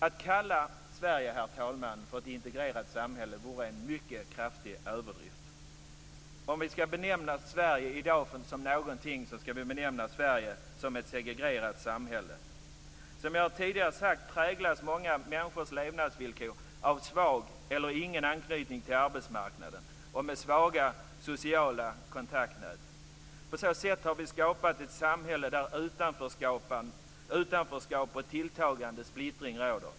Att kalla Sverige i dag för ett integrerat samhälle vore en mycket kraftig överdrift, herr talman. Skall vi benämna Sverige som någonting i dag, skall vi benämna det som ett segregerat samhälle. Som jag tidigare har sagt präglas många människors levnadsvillkor av en svag eller ingen anknytning till arbetsmarknaden, med svaga sociala kontaktnät. På så sätt har vi skapat ett samhälle där utanförskap och tilltagande splittring råder.